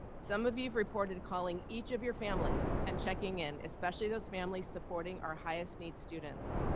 some of you've reported calling each of your families and checking in especially those families supporting our highest need students.